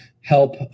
help